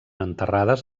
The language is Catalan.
enterrades